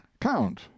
count